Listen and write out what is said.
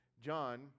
John